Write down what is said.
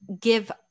give